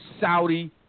Saudi